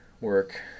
work